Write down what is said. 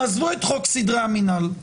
תעזבו את חוק סדרי המינהל,